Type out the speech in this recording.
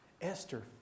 Esther